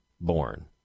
born